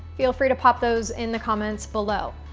feel free to pop those in the comments below.